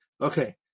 Okay